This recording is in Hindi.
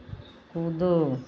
कूदो